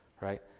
right